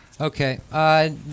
Okay